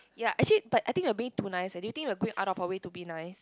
ya actually but I think a bit too nice and you think it'll be a bit out of our way to be nice